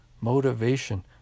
motivation